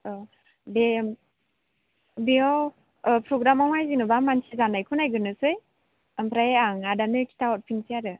अ बे बेयाव ओ प्रग्रामाव जेन'बा मानसि जानायखौ नायग्रोनोसै ओमफ्राय आं आदानो खिथा हरफिनसै आरो